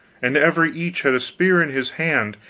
and every each had a spear in his hand,